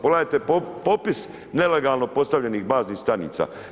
Pogledajte popis nelegalno postavljenih baznih stanica.